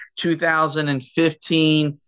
2015